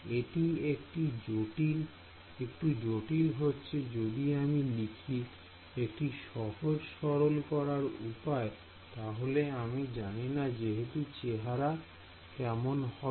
এটি একটি জটিল হচ্ছে যদি আমি লিখি একটি সহজে সরল করার উপায় তাহলে আমি জানিনা যেহেতু চেহারা কেমন হবে